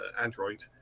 Android